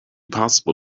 possible